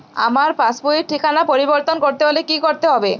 আমার পাসবই র ঠিকানা পরিবর্তন করতে হলে কী করতে হবে?